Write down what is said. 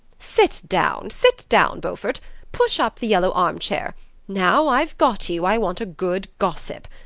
sit down sit down, beaufort push up the yellow armchair now i've got you i want a good gossip.